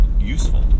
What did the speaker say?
useful